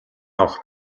авах